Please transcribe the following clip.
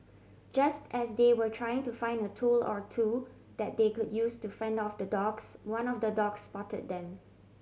just as they were trying to find a tool or two that they could use to fend off the dogs one of the dogs spot them